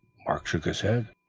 mark shook his head.